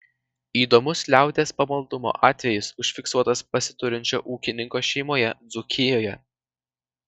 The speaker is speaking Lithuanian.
įdomus liaudies pamaldumo atvejis užfiksuotas pasiturinčio ūkininko šeimoje dzūkijoje